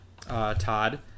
Todd